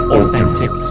...Authentic